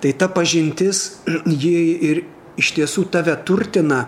tai ta pažintis ji ir iš tiesų tave turtina